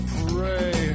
pray